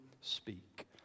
speak